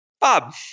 Bob